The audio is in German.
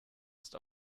ist